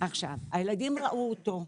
הילדים ראו אותו,